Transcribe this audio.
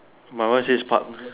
my one says part